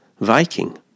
Viking